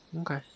Okay